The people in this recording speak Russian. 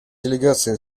делегации